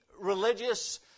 religious